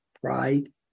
pride